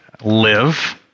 live